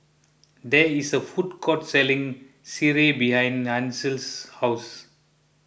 there is a food court selling Sireh behind Hansel's house